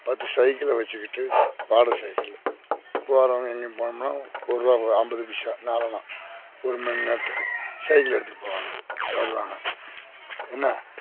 பத்து சைக்கிளை வச்சிக்கிட்டு வாடகை சைக்கிளு போறவங்க எங்கேயும் போணோம்னா ஒருரூவா ஐம்பது பைசா நாலனா ஒரு மண் நேரத்துக்கு சைக்கிள் எடுத்துகிட்டு போவாங்க வருவாங்க என்ன